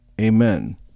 Amen